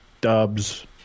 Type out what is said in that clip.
Dubs